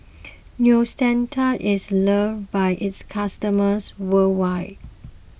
Neostrata is loved by its customers worldwide